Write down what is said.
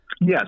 Yes